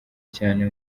cyane